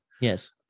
Yes